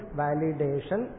validation